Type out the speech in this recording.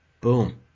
Boom